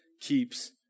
keeps